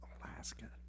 Alaska